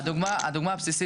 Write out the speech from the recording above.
אז הדוגמה הבסיסית,